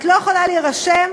את לא יכולה להירשם,